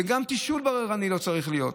וגם תשאול בררני לא צריך להיות.